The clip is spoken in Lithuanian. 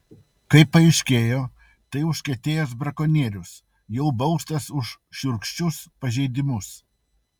kaip paaiškėjo tai užkietėjęs brakonierius jau baustas už šiurkščius pažeidimus